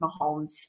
Mahomes